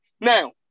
Now